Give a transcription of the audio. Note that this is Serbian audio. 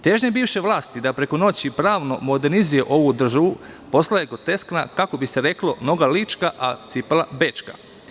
Težnja bivše vlasti da preko noći pravno modernizuje ovu državu postala je groteska, što bi se reklo – noga lička a cipela bečka.